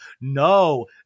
No